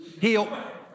heal